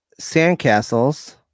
Sandcastles